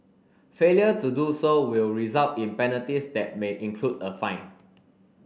failure to do so will result in penalties that may include a fine